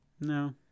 No